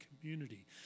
community